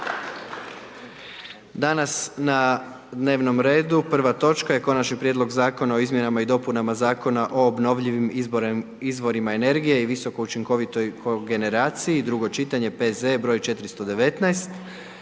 Danas na dnevnom redu 1. točka je: - Konačni prijedlog Zakona o izmjenama i dopunama Zakona o obnovljivim izvorima energije i visokoučinkovitoj kogeneraciji, drugo čitanje, P.Z. br. 419;